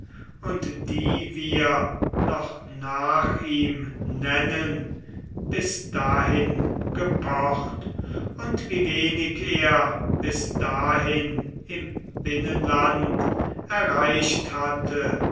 und die wir noch nach ihm nennen bis dahin gepocht und wie wenig er bis dahin im binnenland erreicht hatte